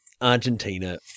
argentina